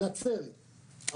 נצרת.